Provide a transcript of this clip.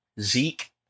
zeke